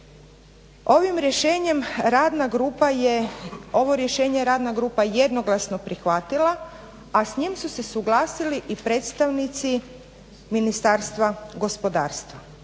Ovo rješenje radna grupa je jednoglasno prihvatila, a s njim su se suglasili i predstavnici Ministarstva gospodarstva.